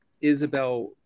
Isabel